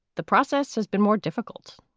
the process has been more difficult.